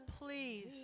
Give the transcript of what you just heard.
Please